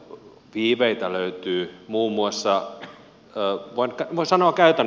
viiveitä löytyy voin sanoa käytännön esimerkin